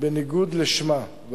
בניגוד לשמה,